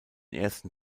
ersten